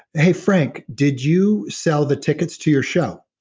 hey frank, did you sell the tickets to your show?